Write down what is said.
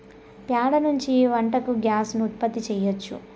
ప్యాడ నుంచి వంటకు గ్యాస్ ను ఉత్పత్తి చేయచ్చు